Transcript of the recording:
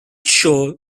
shore